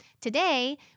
today